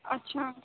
اچھا